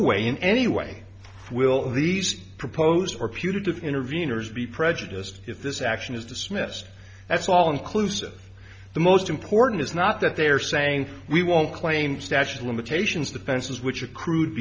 way in any way will these proposed or punitive interveners be prejudiced if this action is dismissed that's all inclusive the most important is not that they're saying we won't claim statute of limitations the fences which accrued